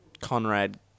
Conrad